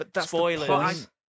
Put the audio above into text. Spoilers